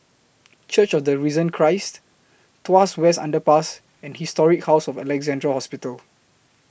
Church of The Risen Christ Tuas West Underpass and Historic House of Alexandra Hospital